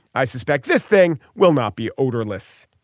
i suspect this thing will not be odorless.